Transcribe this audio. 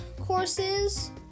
courses